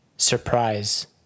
Surprise